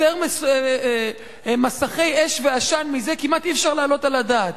יותר מסכי אש ועשן מזה כמעט אי-אפשר להעלות על הדעת.